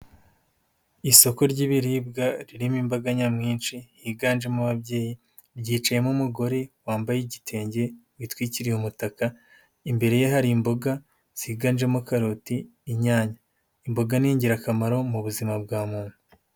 Muri iki gihe ibintu byaroroshye, ushobora kuba wibereye iwawe ugatumiza ibiribwa bitandukanye nk'inyama ndetse n'ibindi bakabikugezaho aho waba uri hose. Hari imodoka zibishinzwe urahamagara ukavuga aho uri ukabarangira neza bakabikuzanira ibi byoroheje ibintu byinshi.